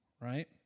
right